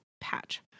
Patch